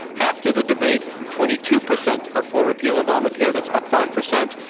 after the debate, twenty two percent are for repeal obamacare. that's up five percent.